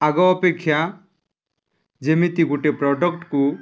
ଆଗ ଅପେକ୍ଷା ଯେମିତି ଗୋଟେ ପ୍ରଡକ୍ଟକୁ